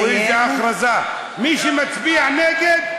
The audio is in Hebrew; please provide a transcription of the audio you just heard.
איזו הכרזה: מי שמצביע נגד,